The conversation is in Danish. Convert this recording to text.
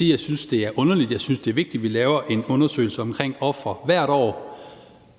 jeg synes, det er underligt. Jeg synes, det er vigtigt, at vi laver en undersøgelse om ofre hvert år,